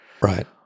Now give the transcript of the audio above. Right